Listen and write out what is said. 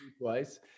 twice